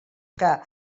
que